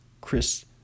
Chris